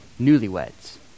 newlyweds